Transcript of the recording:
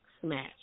Smash